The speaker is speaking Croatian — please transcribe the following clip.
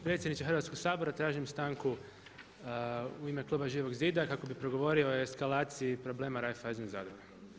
Predsjedniče Hrvatskog sabora tražim stanku u ime kluba Živog zida kako bi progovorio o eskalaciji problema Raiffeisen zadruga.